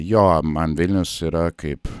jo man vilnius yra kaip